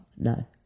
no